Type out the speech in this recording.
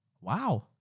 Wow